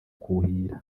kuhira